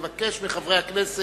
אני מבקש מחברי הכנסת